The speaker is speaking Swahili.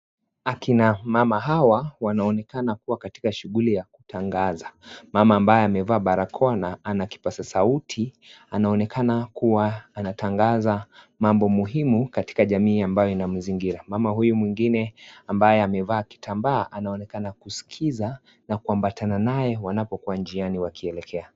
Akina mama hawa wanaonekana kuwa katika shughuli ya kutangaza. Mama ambaye amevaa barakoa na ana kipaza sauti, anaonekana kuwa anatangaza mambo muhimu katika jamii ambayo inamzingira. Mama huyo mwingine ambaye amevaa kitambaa anaonekana kuskiza na kuambatana naye wanapokuwa njiani wakielekea.